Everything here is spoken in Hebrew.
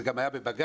זה גם היה בבג"צ,